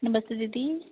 नमस्ते दीदी